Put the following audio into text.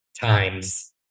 times